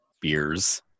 beers